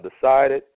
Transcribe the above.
decided